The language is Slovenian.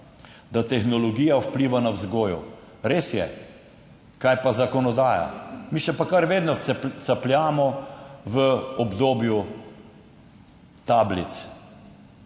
da tehnologija vpliva na vzgojo, res je. Kaj pa zakonodaja? Mi še pa kar vedno capljamo v obdobju tablic.